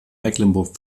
mecklenburg